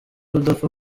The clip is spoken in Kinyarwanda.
udapfa